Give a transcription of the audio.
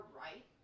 right